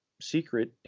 secret